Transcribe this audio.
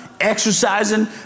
exercising